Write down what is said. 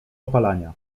opalania